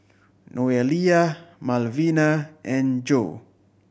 Noelia Malvina and Jo